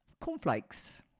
cornflakes